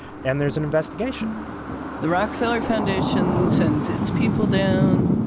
and there's an investigation the rockefeller foundation sends its people down,